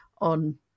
on